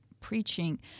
preaching